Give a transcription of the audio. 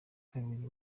kabiri